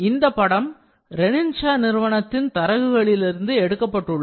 இந்த படம் ரெனின்ஷா நிறுவனத்தின் தரகுகளிலிருந்து எடுக்கப்பட்டுள்ளது